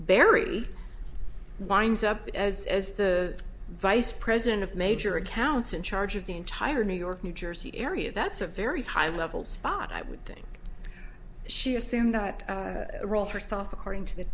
barry winds up as the vice president of major accounts in charge of the entire new york new jersey area that's a very high level spot i would think she assumed that role herself according to the